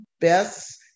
best